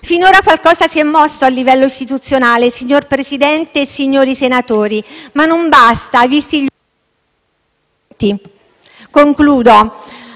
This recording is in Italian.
Finora qualcosa si è mosso a livello istituzionale, signor Presidente e signori senatori, ma non basta, visti gli ultimi efferati eventi.